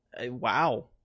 wow